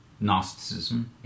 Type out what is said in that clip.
Gnosticism